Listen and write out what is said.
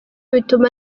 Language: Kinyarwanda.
bituma